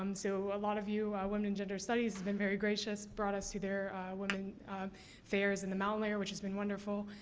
um so a lot of you women and gender studies has been very gracious brought us to their women's fairs in the mountainlair which has been wonderful.